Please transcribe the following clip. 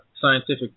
scientific